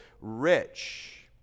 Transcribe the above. rich